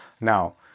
Now